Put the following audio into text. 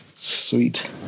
Sweet